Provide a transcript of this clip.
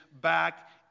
back